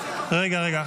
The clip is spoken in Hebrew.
רגע, רגע.